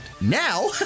Now